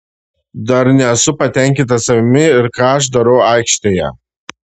dar nesu patenkintas savimi ir ką aš darau aikštėje